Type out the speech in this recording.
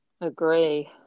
Agree